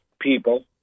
people